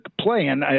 playing